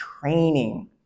training